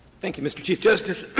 thank you, mr. chief justice,